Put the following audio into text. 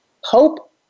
Hope